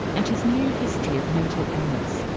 and his new history of mental illness,